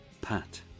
Pat